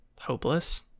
hopeless